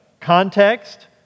context